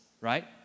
right